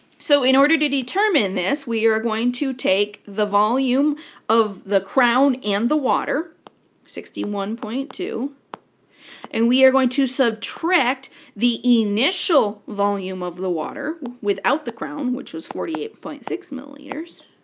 so, in order to determine this, we are going to take the volume of the crown and the water sixty one point two and we are going to subtract the initial volume of the water without the crown, which was forty eight point six milliliters.